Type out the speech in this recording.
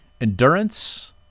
endurance